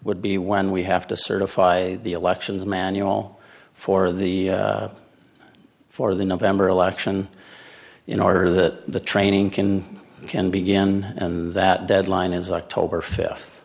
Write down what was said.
would be when we have to certify the elections manual for the for the november election in order that the training can can begin that deadline is october fifth